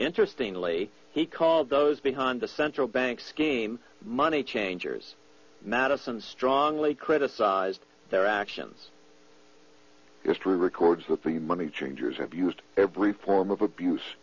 interestingly he called those behind the central bank scheme money changers madison strongly criticized their actions history records that the money changers have used every form of abuse